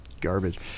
garbage